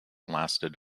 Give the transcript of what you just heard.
lasted